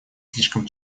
слишком